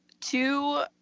two